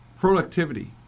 Productivity